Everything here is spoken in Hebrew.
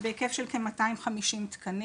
בהיקף של כ-250 תקנים.